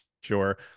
sure